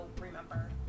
remember